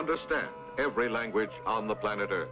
understand every language on the planet or